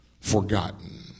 forgotten